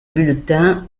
bulletin